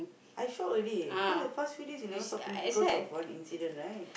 I shout already because the past few days he never talk to him because of one incident right